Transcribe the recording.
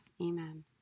Amen